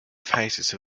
faces